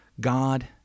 God